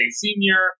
senior